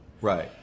Right